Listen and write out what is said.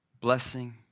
blessing